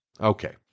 Okay